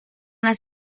las